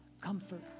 comfort